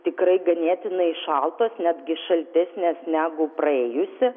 tikrai ganėtinai šaltos netgi šaltesnės negu praėjusi